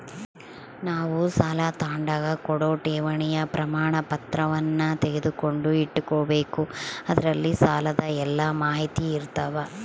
ನಾವು ಸಾಲ ತಾಂಡಾಗ ಕೂಡ ಠೇವಣಿಯ ಪ್ರಮಾಣಪತ್ರವನ್ನ ತೆಗೆದುಕೊಂಡು ಇಟ್ಟುಕೊಬೆಕು ಅದರಲ್ಲಿ ಸಾಲದ ಎಲ್ಲ ಮಾಹಿತಿಯಿರ್ತವ